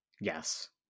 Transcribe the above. Yes